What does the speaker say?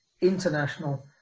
international